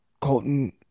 Colton